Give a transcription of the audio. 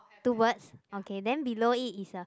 two birds okay then below it is a